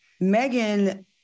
Megan